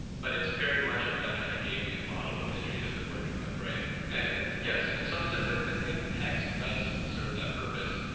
but it's very much a kind of hegelian model of history that they're working with. and yes, in some sense i think text does serve that purpose.